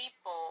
people